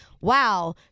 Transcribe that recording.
wow